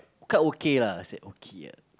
quite okay lah I say okay ah